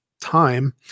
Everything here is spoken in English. time